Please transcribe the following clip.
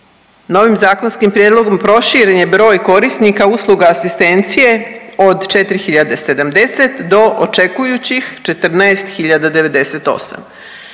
Novim zakonskim prijedlogom proširen je broj korisnika usluga asistencije od 4070 do očekujućih 14098.